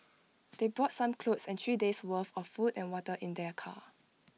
they brought some clothes and three days' worth of food and water in their car